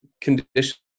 conditions